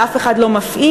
ואף אחד לא מפעיל,